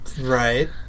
Right